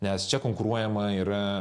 nes čia konkuruojama yra